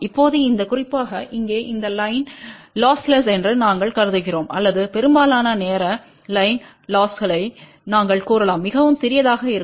இப்போது இந்த குறிப்பாக இங்கே இந்த லைன் லொஸ்லெஸ் என்று நாங்கள் கருதுகிறோம் அல்லது பெரும்பாலான நேர லைன் லொஸ்களை நாங்கள் கூறலாம் மிகவும் சிறியதாக இருக்கும்